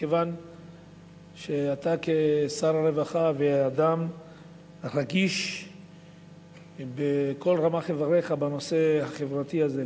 מכיוון שאתה כשר הרווחה ואדם רגיש בכל רמ"ח איבריך בנושא החברתי הזה,